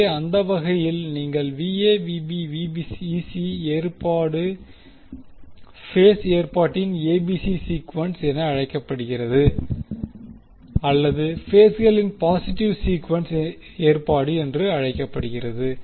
எனவே அந்த வகையில் நீங்கள் ஏற்பாடு பேஸ் ஏற்பாட்டின் எபிசி சீக்குவென்ஸ் என அழைக்கப்படுகிறது அல்லது பேஸ்களின் பாசிட்டிவ் சீக்குவென்ஸ் ஏற்பாடு என்று அழைக்கலாம்